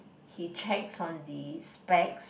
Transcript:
he checks on the specs